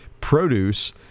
produce